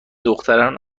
دختران